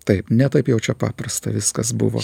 taip ne taip jau čia paprasta viskas buvo